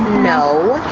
no.